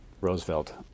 Roosevelt